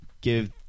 give